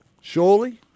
Surely